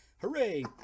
Hooray